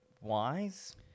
wise